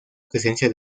presencia